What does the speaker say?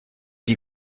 die